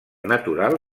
natural